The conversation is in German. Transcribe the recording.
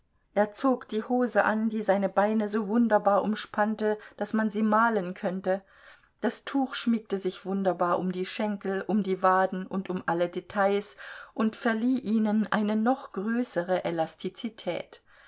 er zog die hose an die seine beine so wunderbar umspannte daß man sie malen könnte das tuch schmiegte sich wunderbar um die schenkel um die waden und um alle details und verlieh ihnen eine noch größere elastizität